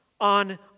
on